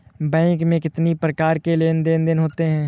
Bank में कितनी प्रकार के लेन देन देन होते हैं?